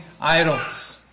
idols